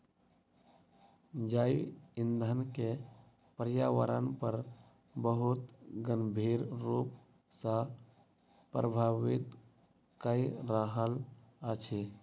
जैव ईंधन के पर्यावरण पर बहुत गंभीर रूप सॅ प्रभावित कय रहल अछि